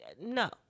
no